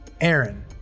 Aaron